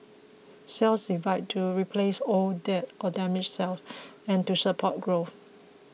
cells divide to replace old dead or damaged cells and to support growth